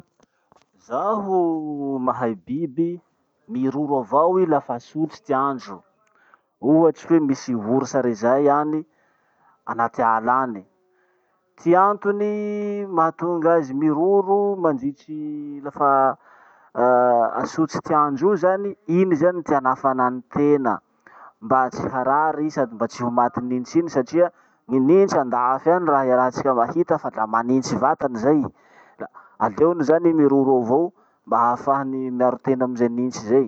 Zaho mahay biby miroro avao i lafa asotry ty andro. Ohatsy hoe misy ours rey zay any, anaty ala any. Ty antony mahatonga azy miroro mandritry lafa asotry ty andro o zany, iny zany ty anafanany tena mba tsy harary i sady mba tsy ho matin'ny nintsy iny satria ny nintsy andafy raha iarahatsika mahita fa da manintsy vatany zay. Da aleony zany miroro eo avao mba hahafahany miaro tena amy ze nintsy zay.